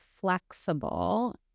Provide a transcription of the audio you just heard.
flexible